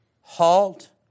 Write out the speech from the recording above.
halt